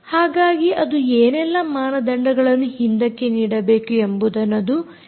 ಹಾಗಾಗಿ ಅದು ಏನೆಲ್ಲಾ ಮಾನದಂಡಗಳನ್ನು ಹಿಂದೆಕ್ಕೆ ನೀಡಬೇಕು ಎಂಬುದನ್ನು ಅದು ಹೇಳಬೇಕು